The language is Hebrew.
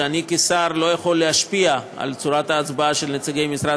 שאני כשר לא יכול להשפיע על צורת ההצבעה של נציגי המשרד